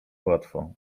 łatwo